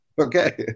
Okay